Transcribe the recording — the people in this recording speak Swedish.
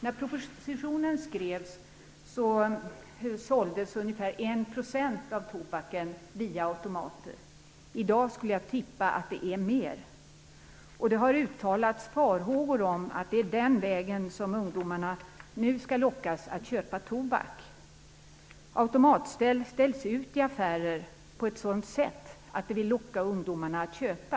När propositionen skrevs såldes ungefär 1 % av tobaken via automater. I dag skulle jag tippa att det är mer än så. Det har uttalats farhågor om att det är den vägen ungdomarna nu skall lockas att köpa tobak. Automater ställs ut i affärer på ett sådant sätt att de lockar ungdomarna att köpa.